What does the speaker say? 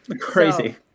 crazy